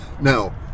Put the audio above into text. Now